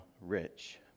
rich